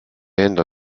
enda